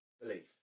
belief